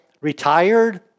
retired